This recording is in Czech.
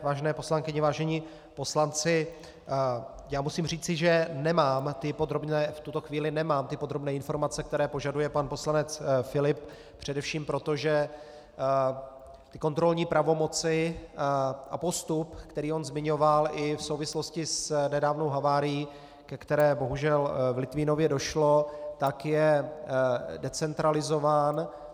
Vážené poslankyně, vážení poslanci, musím říci, že nemám v tuto chvíli podrobné informace, které požaduje pan poslanec Filip, především proto, že kontrolní pravomoci a postup, který on zmiňoval i v souvislosti s nedávnou havárií, ke které bohužel v Litvínově došlo, je decentralizován.